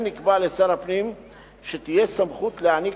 כן נקבע כי לשר הפנים תהיה סמכות להעניק